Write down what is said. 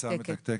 פצצה מתקתקת.